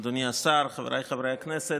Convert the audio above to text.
אדוני השר, חבריי חברי הכנסת,